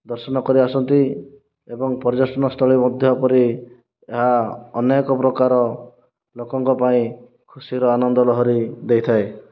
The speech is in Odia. ଦର୍ଶନ କରି ଆସନ୍ତି ଏବଂ ପର୍ଯ୍ୟଟନ ସ୍ଥଳୀ ମଧ୍ୟ ପରି ଏହା ଅନେକ ପ୍ରକାର ଲୋକଙ୍କ ପାଇଁ ଖୁସିର ଆନନ୍ଦ ଲହରୀ ଦେଇଥାଏ